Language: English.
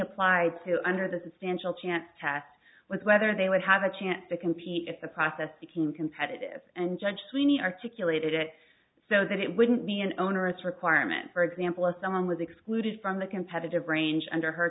applied to under the substantial chance test was whether they would have a chance to compete if the process became competitive and judge sweeney articulated it so that it wouldn't be an onerous requirement for example a song was excluded from the competitive range under her